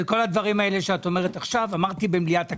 את כל הדברים האלה שאת אומרת עכשיו אמרתי במליאת הכנסת.